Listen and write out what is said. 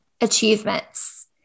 achievements